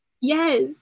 Yes